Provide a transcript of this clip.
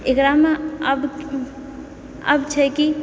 एकरामऽ आब अब छै की